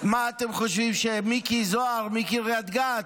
מה אתם חושבים שמיקי זוהר מקריית גת,